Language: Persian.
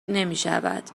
نمیشود